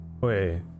Wait